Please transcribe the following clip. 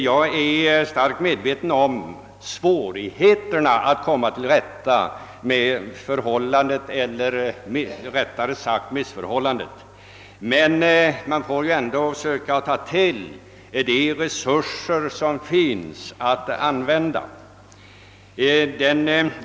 Jag är starkt medveten om svårigheterna att komma till rätta med detta missförhållande. Men man får ändå försöka ta till de resurser som står till buds.